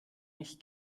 mich